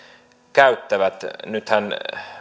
käyttävät nythän